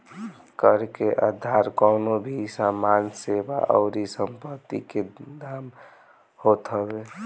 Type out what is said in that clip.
कर के आधार कवनो भी सामान, सेवा अउरी संपत्ति के दाम होत हवे